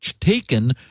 taken